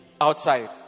outside